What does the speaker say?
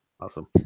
Awesome